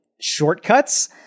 shortcuts